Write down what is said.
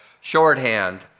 shorthand